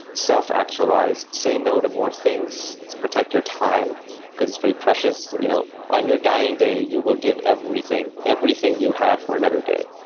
self actualize. say no to more things. protect your time because it's very precious. you know on your dying day, you will give everything, everything you have for another day.